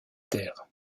terres